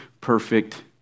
perfect